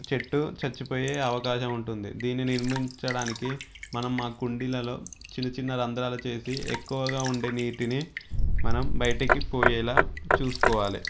చెట్టు చనిపోయే అవకాశం ఉంటుంది దీన్ని నిర్మించడానికి మనం ఆ కుండీలలో చిన్న చిన్న రంధ్రాలు చేసి ఎక్కువగా ఉండే నీటిని మనం బయటికి పోయేలాగా చూసుకోవాలి